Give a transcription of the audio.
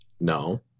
No